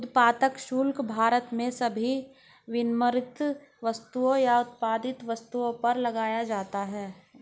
उत्पाद शुल्क भारत में सभी विनिर्मित वस्तुओं या उत्पादित वस्तुओं पर लगाया जाता है